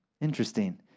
Interesting